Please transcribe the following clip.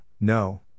No